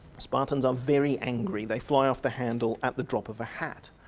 spartans are very angry. they fly off the handle at the drop of a hat.